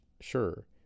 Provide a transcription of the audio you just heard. sure